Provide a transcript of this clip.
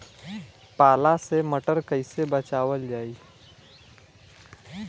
पाला से मटर कईसे बचावल जाई?